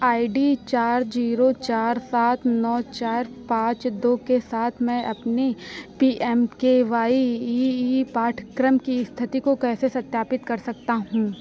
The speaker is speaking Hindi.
आई डी चार जीरो चार सात नौ चार पांच दो के साथ मैं अपनी P M K Y E E पाठ्यक्रम की स्थिति को कैसे सत्यापित कर सकता हूँ